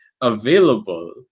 available